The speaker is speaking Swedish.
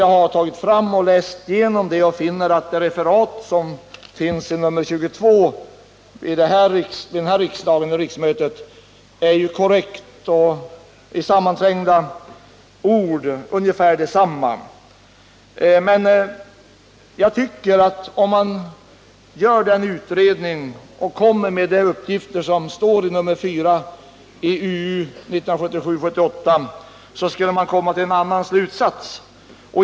Jag har tagit fram och läst igenom det och funnit att det referat som finns intaget i utskottets betänkande nr 22 vid det här riksmötet är korrekt återgivet och i en kortare version har ungefär samma innehåll. Men jag tycker att om man gör en utredning och lämnar de uppgifter som står i UU 1977/78:4, borde man komma till en annan slutsats.